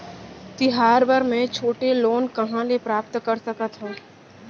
तिहार बर मै छोटे लोन कहाँ ले प्राप्त कर सकत हव?